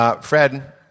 Fred